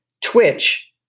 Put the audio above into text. Twitch